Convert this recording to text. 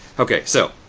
okay, so,